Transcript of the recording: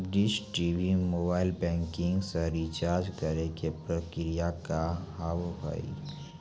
Dish TV mobile banking से recharge करे के प्रक्रिया का हाव हई?